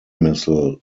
missile